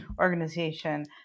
organization